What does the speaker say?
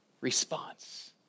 response